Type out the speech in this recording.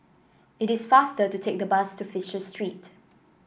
it is faster to take the bus to Fisher Street